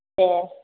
दे